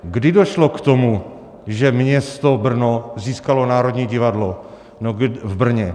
Kdy došlo k tomu, že město Brno získalo Národní divadlo v Brně?